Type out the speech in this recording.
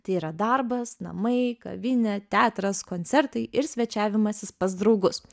tai yra darbas namai kavinė teatras koncertai ir svečiavimasis pas draugus